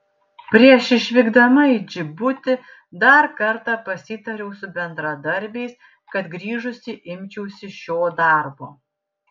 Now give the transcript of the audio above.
prieš išvykdama į džibutį dar kartą pasitariau su bendradarbiais kad grįžusi imčiausi šio darbo